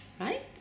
Right